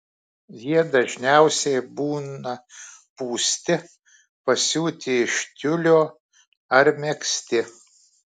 jie dažniausiai būna pūsti pasiūti iš tiulio ar megzti